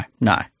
no